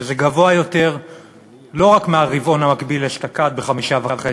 שזה גבוה יותר לא רק מאשר ברבעון המקביל אשתקד ב-5.5%,